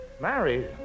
Married